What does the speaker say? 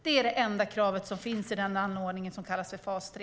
Det är det enda kravet som finns i det som kallas fas 3.